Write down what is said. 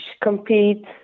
compete